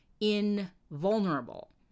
invulnerable